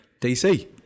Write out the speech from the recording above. DC